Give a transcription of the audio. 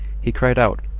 he cried out,